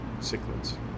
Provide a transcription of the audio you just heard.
cichlids